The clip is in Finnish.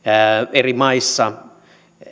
eri maissa